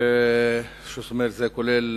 זאת אומרת, זה כולל